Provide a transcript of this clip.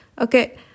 Okay